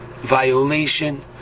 violation